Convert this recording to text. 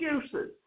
excuses